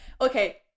okay